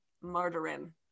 murdering